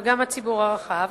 וגם הציבור הרחב,